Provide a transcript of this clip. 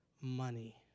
money